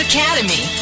Academy